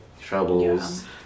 troubles